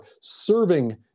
serving